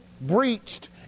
breached